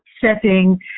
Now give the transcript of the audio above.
setting